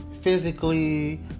physically